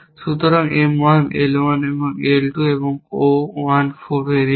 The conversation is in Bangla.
সুতরাং M 1 I 1 I 2 এবং O 1 4 ভেরিয়েবল